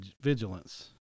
Vigilance